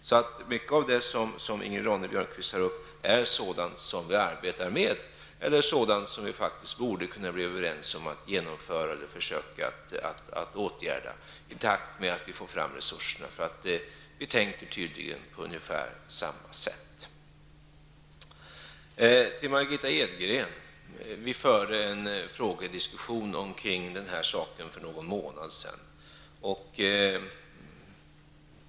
Så mycket av det som Ingrid Ronne Björkqvist tar upp är sådant som vi redan arbetar med eller sådant som vi faktsikt borde kunna komma överens om att genomföra eller att försöka att åtgärda i takt med att vi får fram resurserna, för tydligen tänker vi på samma sätt. Till Margitta Edgren: Vi förde en frågediskussion i denna sak för någon månad sedan.